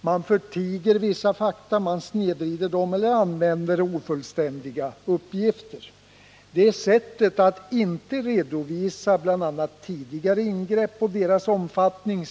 Man förtiger viss fakta, man snedvrider dem eller använder ofullständiga uppgifter. Det är sättet att inte redovisa bl.a. tidigare ingrepp och deras omfattning.